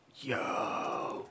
Yo